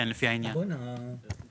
אני מדבר על החוק הזה.